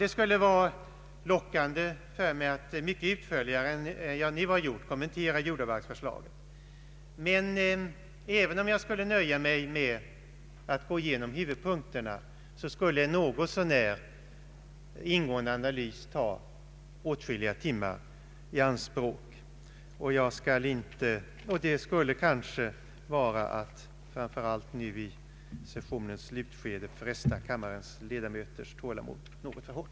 Det skulle vara lockande för mig att mycket utförligare än vad jag nu gjort kommentera jordabalksförslaget, men även om jag nöjde mig med att gå igenom huvudpunkterna skulle en något så när ingående analys ta åtskilliga timmar i anspråk. Det skulle framför allt nu i sessionens slutskede kanske vara att fresta kammarens ledamöters tålamod något för hårt.